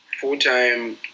full-time